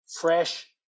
Fresh